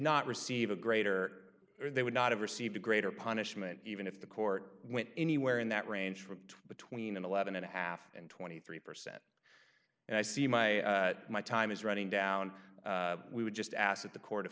not receive a greater they would not have received a greater punishment even if the court went anywhere in that range from tween an eleven and a half and twenty three percent and i see my my time is running down we would just ask that the co